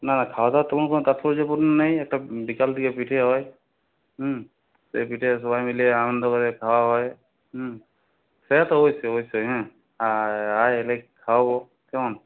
না না খাওয়াদাওয়ার তো কোনো তাৎপর্যপূর্ণ নেই একটা বিকাল দিকে পিঠে হয় হুম সে পিঠে সবাই মিলে আনন্দ করে খাওয়া হয় হুম সে তো অবশ্যই অবশ্যই হ্যাঁ আর আয় এলে খাওয়াবো কেমন